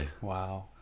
Wow